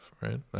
right